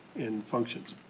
and functions?